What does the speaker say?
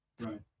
Right